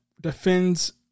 defends